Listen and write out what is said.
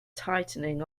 tightening